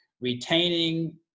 retaining